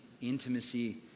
intimacy